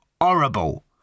Horrible